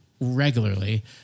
regularly